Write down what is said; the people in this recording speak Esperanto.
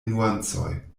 nuancoj